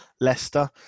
Leicester